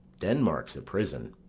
denmark's a prison.